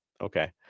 Okay